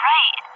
Right